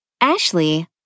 Ashley